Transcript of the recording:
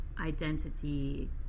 identity